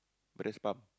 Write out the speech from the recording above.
but that's pump